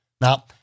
Now